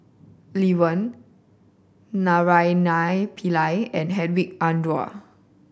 Lee Wen Naraina Pillai and Hedwig Anuar